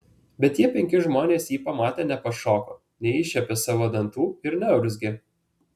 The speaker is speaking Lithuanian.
bet tie penki žmonės jį pamatę nepašoko neiššiepė savo dantų ir neurzgė